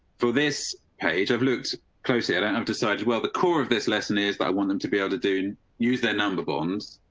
for this page i've looked closely. i don't have decided well the core of this lesson is that i want them to be able to do use their number bonds.